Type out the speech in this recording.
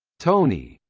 toni!